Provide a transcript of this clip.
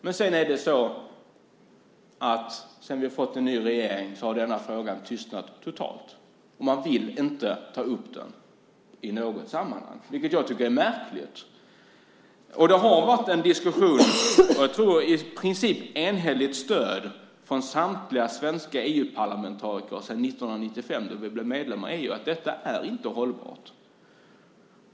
Men sedan vi fick en ny regering har total tystnad inträtt i denna fråga. Man vill inte ta upp den i något sammanhang, vilket jag tycker är märkligt. Det har sedan 1995, då vi blev medlemmar i EU, med i princip enhälligt stöd från de svenska EU-parlamentarikerna förts en diskussion om att detta inte är hållbart.